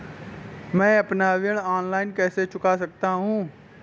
मैं अपना ऋण ऑनलाइन कैसे चुका सकता हूँ?